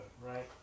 right